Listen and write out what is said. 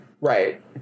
right